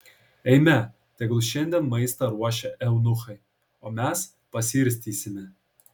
eime tegul šiandien maistą ruošia eunuchai o mes pasiirstysime